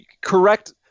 correct